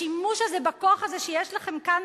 השימוש הזה בכוח הזה שיש לכם כאן,